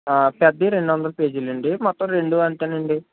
పెద్దవి రెండు వందలు పేజీలు అండి మొత్తం రెండు అంతే అండి